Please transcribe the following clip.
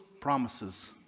promises